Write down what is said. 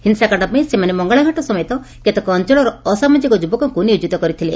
ହିଂସାକାଣ୍ଡ ପାଇଁ ସେମାନେ ମଙ୍ଗଳାଘାଟ ସମେତ କେତେକ ଅଞ୍ଞଳର ଅସାମାଜିକ ଯୁବକଙ୍କୁ ନିୟୋକିତ କରିଥିଲେ